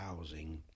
housing